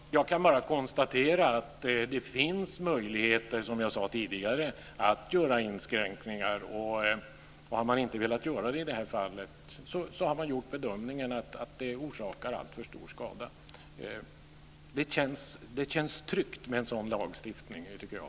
Fru talman! Jag kan bara konstatera att det finns möjligheter, som jag sade tidigare, att göra inskränkningar. Har man inte velat göra det i det här fallet har man gjort bedömningen att det orsakar alltför stor skada. Det känns tryggt med en sådan lagstiftning, tycker jag.